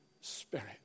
Spirit